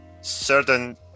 certain